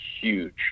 huge